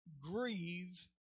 grieve